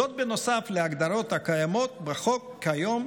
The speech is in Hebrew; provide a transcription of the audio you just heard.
זאת, נוסף להגדרות הקיימות בחוק כיום,